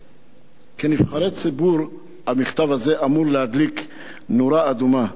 וכנבחרי ציבור, המכתב הזה אמור להדליק נורה אדומה.